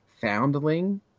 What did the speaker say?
foundling